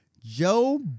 Joe